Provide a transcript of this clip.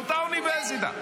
באותה האוניברסיטה.